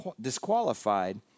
disqualified